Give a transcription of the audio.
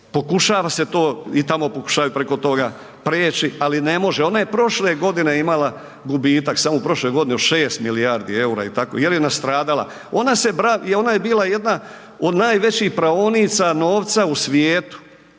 pokušava se to i tamo pokušavaju preko toga preći, ali ne može. Ona je prošle godine imala gubitak samo u prošloj godini od 6 milijardi EUR-a i tako, jer je nastradala. Ona se, ona je bila jedna od najvećih praonica novca u svijetu,